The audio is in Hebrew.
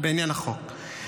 בעניין החוק.